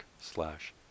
slash